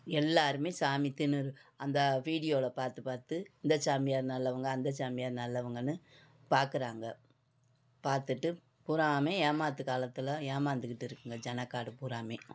எல்லாருமே சாமி திருந்நூறு அந்த வீடியோவில் பார்த்து பார்த்து இந்த சாமியார் நல்லவங்க அந்த சாமியார் நல்லவங்கன்னு பார்க்குறாங்க பார்த்துட்டு பூறாவுமே ஏமாத்து காலத்தில் ஏமாந்துகிட்டு இருக்குதுங்க ஜன காடு பூறாவுமே